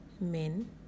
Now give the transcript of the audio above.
men